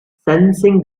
sensing